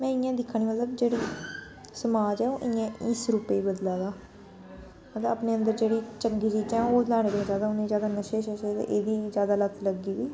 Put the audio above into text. में इ'यां दिक्खनी मतलब जेह्ड़ी समाज ऐ ओह् इयां इस रूपै च बदला दा मतलब अपने अंदर जेह्ड़ी चंगी चीजां न ओह् लैने कोला ज्यादा उ'नें एह् नशे शशे दी एह्दी ज्यादा लत्त लग्गी दी